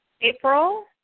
April